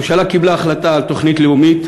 הממשלה קיבלה החלטה על תוכנית לאומית